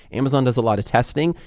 amazon does a lot of testing,